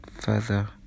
further